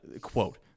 quote